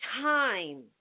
time